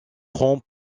prend